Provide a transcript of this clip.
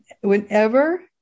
whenever